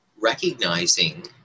recognizing